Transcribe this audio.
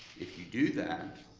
if you do that,